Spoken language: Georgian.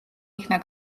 იქნა